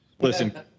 listen